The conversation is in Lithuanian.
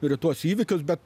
ir į tuos įvykius bet